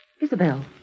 Isabel